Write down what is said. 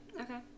Okay